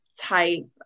type